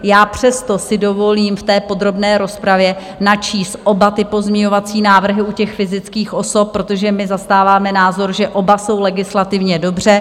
Já přesto si dovolím v podrobné rozpravě načíst oba pozměňovací návrhy u fyzických osob, protože zastáváme názor, že oba jsou legislativně dobře.